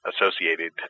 associated